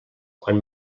quan